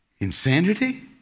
Insanity